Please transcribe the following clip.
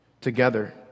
Together